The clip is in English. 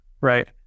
right